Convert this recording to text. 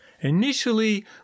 Initially